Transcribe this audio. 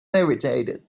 irritated